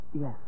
Yes